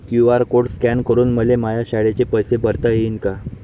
QR code scan करून मले माया शाळेचे पैसे भरता येईन का?